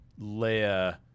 leia